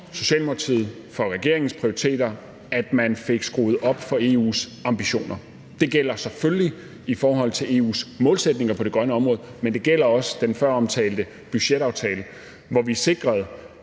Socialdemokratiet og for regeringens prioriteter, at man fik skruet op for EU's ambitioner. Det gælder selvfølgelig i forhold til EU's målsætninger på det grønne område, men det gælder også den føromtalte budgetaftale, hvor vi sikrede,